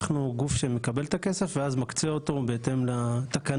אנחנו גוף שמקבל את הכסף ואז מקצה אותו בהתאם לתקנות,